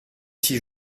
six